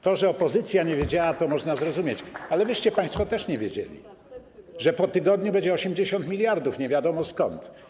To, że opozycja nie wiedziała, to można zrozumieć, ale wyście, państwo też nie wiedzieli, że po tygodniu będzie 80 mld nie wiadomo skąd.